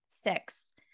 Six